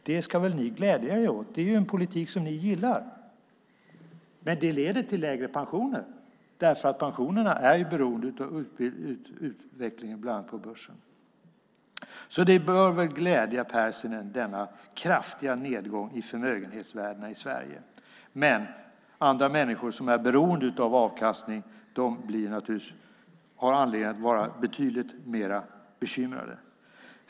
Det ska väl ni glädja er åt? Det är ju en politik som ni gillar! Men det leder till lägre pensioner, därför att pensionerna är beroende av bland annat utvecklingen på börsen. Denna kraftiga nedgång i förmögenhetsvärdena bör väl glädja Pärssinen. Men andra människor, som är beroende av avkastning, har anledning att vara betydligt mer bekymrade.